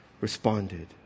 responded